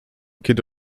kiedy